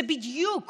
היא בדיוק